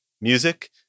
Music